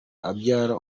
abyara